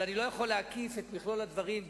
אבל אני לא יכול להקיף את מכלול הדברים.